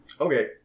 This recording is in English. Okay